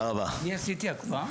אני עשיתי הקפאה?